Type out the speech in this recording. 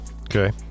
Okay